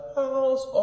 house